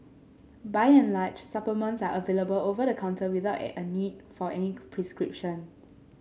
by and large supplements are available over the counter without at a need for any prescription